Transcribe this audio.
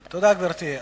תודה, גברתי.